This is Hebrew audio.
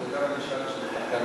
זה לא רק עניין של תחרות,